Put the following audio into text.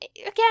again